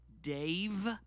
Dave